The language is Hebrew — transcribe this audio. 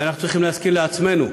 ואנחנו צריכים להזכיר לעצמנו,